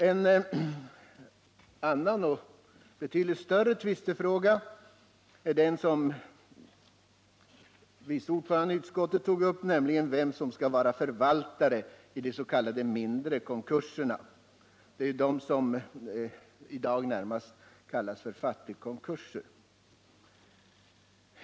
En annan och betydligt större tvistefråga, som behandlats också av vice ordföranden i utskottet, gäller vem som skall vara förvaltare i des.k. mindre konkurserna — det är närmast de som i dag kallas för fattigkonkurser.